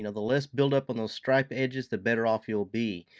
you know the less buildup on those stripe edges the better off you'll be.